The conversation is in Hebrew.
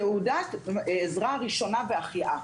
תעודת עזרה ראשונה והחייאה.